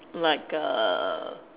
like err